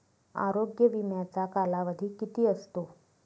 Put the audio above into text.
आरोग्य विम्याचा कालावधी किती असतो?